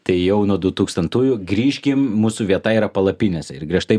tai jau nuo du tūkstantųjų grįžkim mūsų vieta yra palapinėse ir griežtai